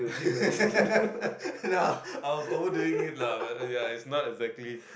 nah I was over doing it lah but ya it's not exactly